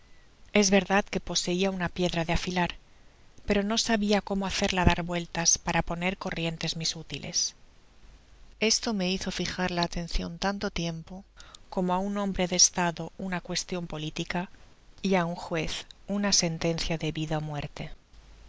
es verdad que poseia una piedra de afilar pero no sabia cómo hacerla dar vueltas para poner corrientes mis útiles esto me hizo fijar la atencion tanto tiempo como á un hombre de estado una cuestion politica y á un juez una sentencia de vida ó muerte